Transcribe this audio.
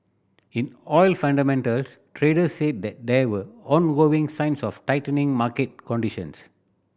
in oil fundamentals traders said that there were ongoing signs of tightening market conditions